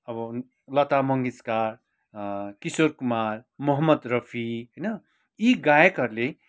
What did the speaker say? अब लता मङ्गेशकर किशोर कुमार मोहम्मद रफी होइन यी गायकहरूले